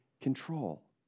control